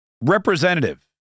Representative